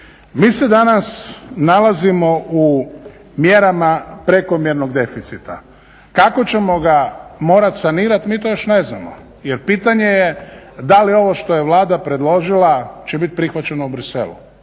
mi se danas nalazimo u mjerama prekomjernog deficita. Kako ćemo ga morati sanirati mi to još ne znamo jer pitanje je da li ovo što je Vlada predložila će biti prihvaćeno u Bruxellesu?